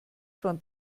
von